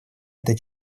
этот